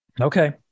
Okay